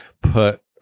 put